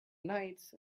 night